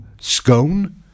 Scone